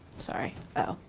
sorry. hi.